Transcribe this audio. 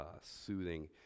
soothing